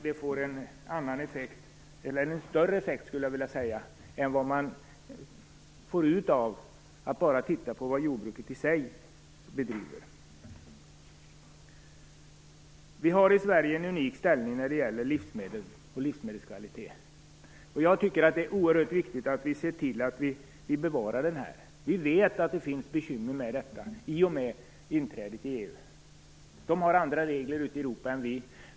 Då blir effekten större än om man bara tittar på den verksamhet som jordbruket i sig bedriver. Vi har i Sverige en unik ställning när det gäller livsmedel och livsmedelskvalitet. Jag tycker att det är oerhört viktigt att vi ser till att bevara den. Vi vet att det i och med inträdet i EU finns bekymmer med detta. De har andra regler ute i Europa än vi.